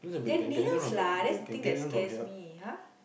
the nails lah that's the thing that scares me !huh!